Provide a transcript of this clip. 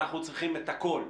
אנחנו צריכים את הכול,